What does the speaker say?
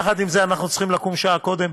יחד עם זה, אנחנו צריכים לקום שעה קודם